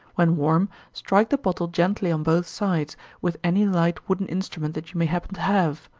when warm, strike the bottle gently on both sides, with any light wooden instrument that you may happen to have.